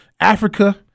Africa